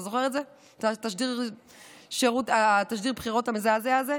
אתה זוכר את תשדיר הבחירות המזעזע הזה?